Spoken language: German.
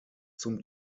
zum